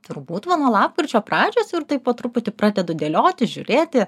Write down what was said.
turbūt va nuo lapkričio pradžios ir taip po truputį pradedu dėlioti žiūrėti